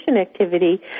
activity